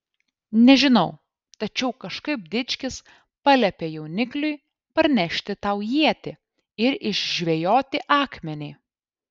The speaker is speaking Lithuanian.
nežinau tačiau kažkaip dičkis paliepė jaunikliui parnešti tau ietį ir išžvejoti akmenį